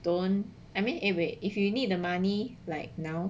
don't I mean uh wait if you need the money like now